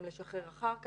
גם לשחרר אחר כך.